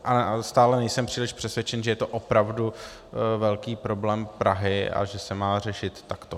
A stále nejsem příliš přesvědčen, že je to opravdu velký problém Prahy a že se má řešit takto.